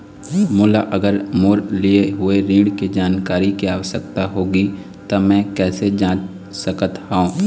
मोला अगर मोर लिए हुए ऋण के जानकारी के आवश्यकता होगी त मैं कैसे जांच सकत हव?